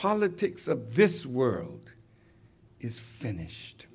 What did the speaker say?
politics of this world is finished